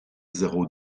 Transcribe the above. zéro